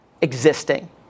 existing